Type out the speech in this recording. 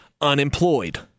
unemployed